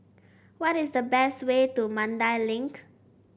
what is the best way to Mandai Link